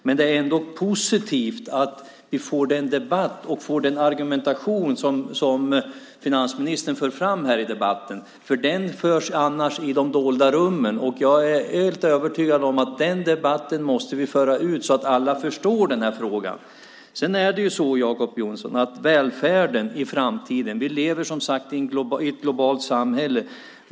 Det är ändå positivt att vi får den debatt och den argumentation som finansministern för fram här i debatten. Den diskussionen förs annars i de dolda rummen. Jag är helt övertygad om att den debatten måste vi föra ut så att alla förstår frågan. Det handlar om välfärden i framtiden, Jacob Johnson. Vi lever som sagt i ett globalt samhälle.